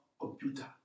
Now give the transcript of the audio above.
computer